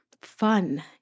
fun